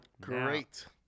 Great